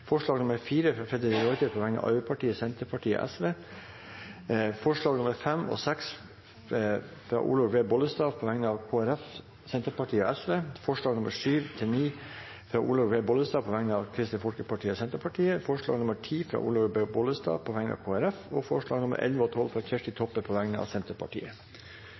forslag nr. 4, fra Freddy de Ruiter på vegne av Arbeiderpartiet, Senterpartiet og Sosialistisk Venstreparti forslagene nr. 5 og 6, fra Olaug V. Bollestad på vegne av Kristelig Folkeparti, Senterpartiet og Sosialistisk Venstreparti forslagene nr. 7–9, fra Olaug V. Bollestad på vegne av Kristelig Folkeparti og Senterpartiet forslag nr. 10, fra Olaug V. Bollestad på vegne av Kristelig Folkeparti forslagene nr. 11 og 12, fra Kjersti Toppe på vegne av Senterpartiet